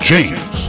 James